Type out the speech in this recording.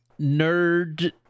nerd